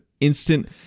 instant